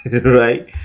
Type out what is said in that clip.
right